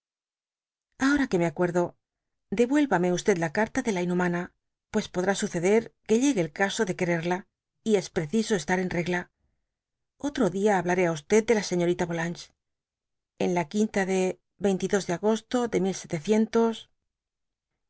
ahora que me acuerdo devuélvame la carta de la inhumana pues podrá suceder que llegue el caso de quererla y es preciso estar en regla otro dia hablaré á de la señorita yolanges en la quinta de de agosto de